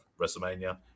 WrestleMania